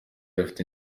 afite